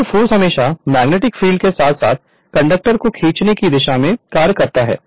और फोर्स हमेशा magnetic field के साथ साथ कंडक्टर को खींचने की दिशा में कार्य करता है